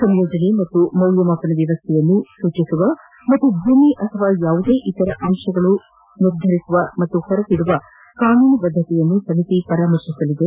ಸಂಯೋಜನೆ ಮತ್ತು ಮೌಲ್ಲಮಾಪನ ವ್ಲವಸ್ಥೆಯನ್ನು ಸೂಚಿಸುವ ಮತ್ತು ಭೂಮಿ ಅಥವಾ ಯಾವುದೇ ಇತರ ಅಂಶಗಳನ್ನು ಸೇರಿಸುವ ಮತ್ತು ಹೊರಗಿಡುವ ಕಾನೂನು ಬದ್ದತೆಯನ್ನು ಸಮಿತಿಯು ಪರಿಶೀಲಿಸುತ್ತದೆ